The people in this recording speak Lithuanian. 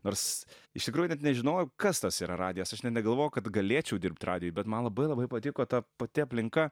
nors iš tikrųjų net nežinojau kas tas yra radijas aš net negalvojau kad galėčiau dirbti radijuj bet man labai labai patiko ta pati aplinka